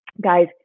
guys